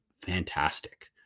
fantastic